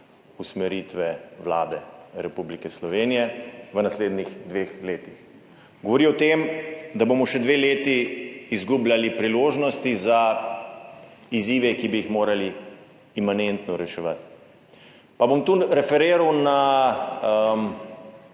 usmeritve Vlade Republike Slovenije v naslednjih dveh letih. Govori o tem, da bomo še dve leti izgubljali priložnosti za izzive, ki bi jih morali imanentno reševati. Pa bom tu referiral na